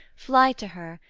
fly to her,